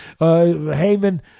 Heyman